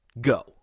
go